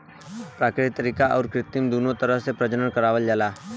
प्राकृतिक तरीका आउर कृत्रिम दूनो तरह से प्रजनन करावल जाला